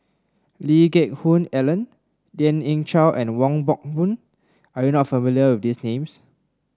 Lee Geck Hoon Ellen Lien Ying Chow and Wong Hock Boon are you not familiar with these names